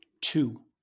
Two